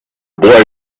boy